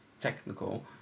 technical